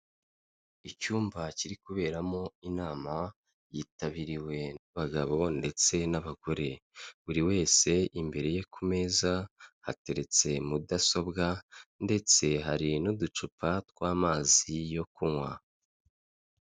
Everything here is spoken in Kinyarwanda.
Icyumba kiri kuberamo inama, yitabiriwe n'abagabo ndetse n'abagore, buri wese imbere ye ku meza hateretse mudasobwa ndetse hari n'uducupa tw'amazi yo kunywa.